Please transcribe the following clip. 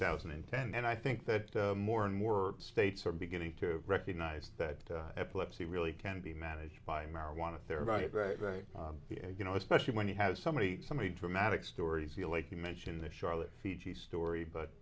thousand and ten and i think that more and more states are beginning to recognize that epilepsy really can be managed by marijuana there right you know especially when you have somebody somebody dramatic stories you like you mention the charlotte fiji's story but